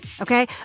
okay